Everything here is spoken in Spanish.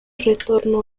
retorno